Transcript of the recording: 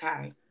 okay